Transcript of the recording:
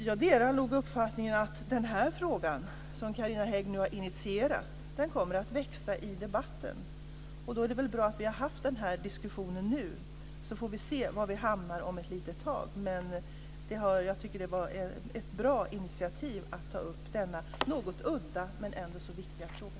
Jag delar nog uppfattningen att den fråga som Carina Hägg nu har initierat kommer att växa i debatten. Och då är det väl bra att vi har haft denna diskussion nu, så får vi se var vi hamnar om ett tag. Men jag tycker att det var ett bra initiativ att ta upp denna något udda men ändå så viktiga fråga.